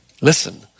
listen